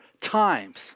times